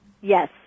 Yes